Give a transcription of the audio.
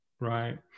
right